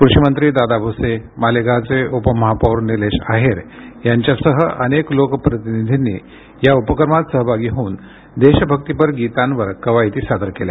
कृषी मंत्री दादा भूसे मालेगाव चे उपमहापौर निलेश आहेर यांच्यासह अनेक लोकप्रतिनिधींनी या उपक्रमात सहभागी होऊन देशभक्तीपर गीतांवर कवायती सादर केल्या